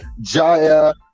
jaya